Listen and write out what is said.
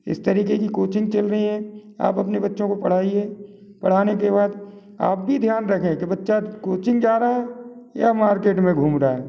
इस तरीक़े की कोचिंग चल रही है आप अपने बच्चों को पढ़ाइए पढ़ाने के बाद आप भी ध्यान रखें कि बच्चा कोचिंग जा रहा है या मार्केट में घूम रहा है